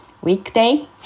Weekday